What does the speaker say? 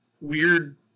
weird